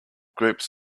groups